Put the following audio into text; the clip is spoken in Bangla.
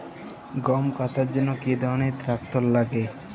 গম কাটার জন্য কি ধরনের ট্রাক্টার লাগে?